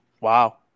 Wow